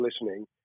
listening